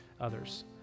others